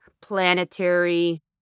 planetary